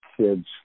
kids